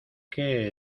que